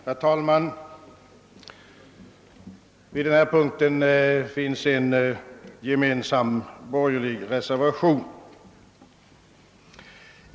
Herr talman! Vid denna punkt finns en gemensam borgerlig reservation.